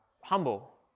humble